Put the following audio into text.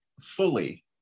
fully